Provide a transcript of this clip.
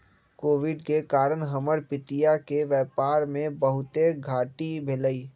Covid के कारण हमर पितिया के व्यापार में बहुते घाट्टी भेलइ